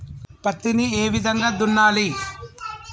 పత్తిని ఏ విధంగా దున్నాలి?